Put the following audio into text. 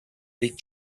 big